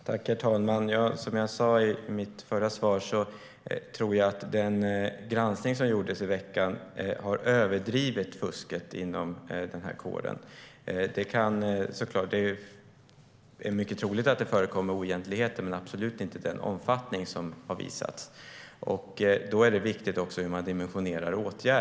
Herr talman! Som jag sa i mitt förra svar tror jag att den granskning som gjordes i veckan har överdrivit fusket inom kåren. Såklart är det mycket troligt att det förekommer oegentligheter men absolut inte i den omfattning som har visats. Då är det viktigt hur åtgärderna dimensioneras.